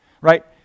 Right